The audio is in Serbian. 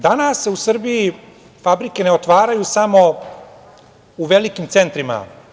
Danas se u Srbiji fabrike ne otvaraju samo u velikim centrima.